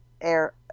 air